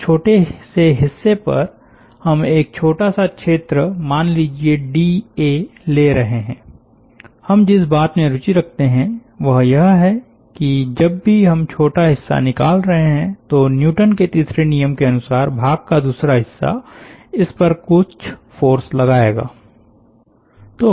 उस छोटे से हिस्से पर हम एक छोटा सा क्षेत्र मान लीजिये डीए ले रहे हैं हम जिस बात में रुचि रखते हैं वह यह है कि जब भी हम छोटा हिस्सा निकाल रहे हैं तो न्यूटन के तीसरे नियम के अनुसार भाग का दूसरा हिस्सा इस पर कुछ फ़ोर्स लगाएगा